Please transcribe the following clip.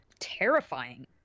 Terrifying